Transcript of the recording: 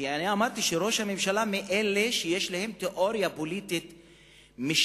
כי אני אמרתי שראש הממשלה הוא מאלה שיש להם תיאוריה פוליטית משילותית,